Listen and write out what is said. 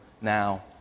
now